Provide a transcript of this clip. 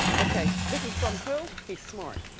okay, this is from who? he's smart,